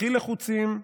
הכי לחוצים,